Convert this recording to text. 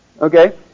Okay